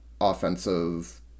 offensive